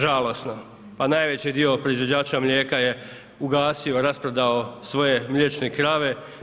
Žalosno, pa najveći dio proizvođača mlijeka je ugasio, rasprodao svoje mliječne krave.